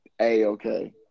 A-okay